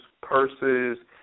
purses